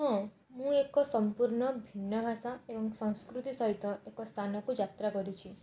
ହଁ ମୁଁ ଏକ ସମ୍ପୂର୍ଣ୍ଣ ଭିନ୍ନ ଭାଷା ଏବଂ ସଂସ୍କୃତି ସହିତ ଏକ ସ୍ଥାନକୁ ଯାତ୍ରା କରିଛି